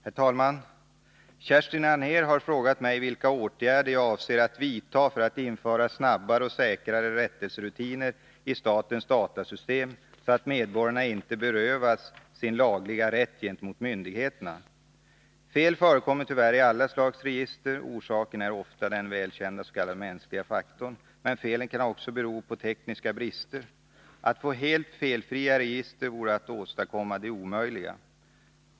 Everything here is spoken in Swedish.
Herr talman! Kerstin Anér har frågat mig vilka åtgärder jag avser att vidta för att införa snabbare och säkrare rättelserutiner i statens datasystem, så att medborgarna inte berövas sin lagliga rätt gentemot myndigheterna. Fel förekommer tyvärr i alla slags register. Orsaken är ofta den välkända s.k. mänskliga faktorn. Men felen kan också bero på tekniska brister. Att få helt felfria register vore att åstadkomma det omöjliga.